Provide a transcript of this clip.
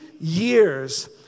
years